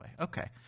Okay